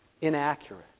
inaccurate